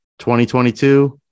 2022